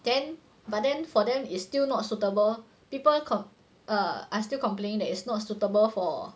then but then for them is still not suitable people com~ err are still complaining that is not suitable for